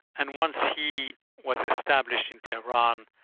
and once he was established in teheran,